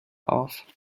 auf